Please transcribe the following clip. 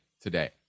today